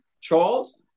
Charles